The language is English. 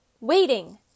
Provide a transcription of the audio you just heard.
waiting